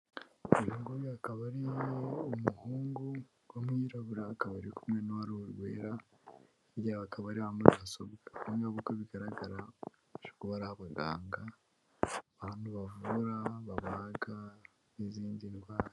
Uyu nguyu akaba ari umuhungu w'umwirabura akaba ari kumwe n'uwa ruhu rwera, hirya yabo hakaba hariho na mudasobwa nk'uko bigaragara bashobora kuba abaganga, bano bavura, babaga n'izindi ndwara.